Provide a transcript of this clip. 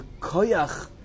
koyach